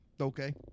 okay